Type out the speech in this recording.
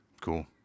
Cool